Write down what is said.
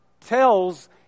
tells